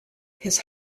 his